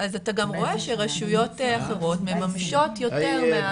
אז אתה גם רואה שרשויות אחרות מממשות יותר מההקצאה שניתנת להן.